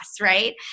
right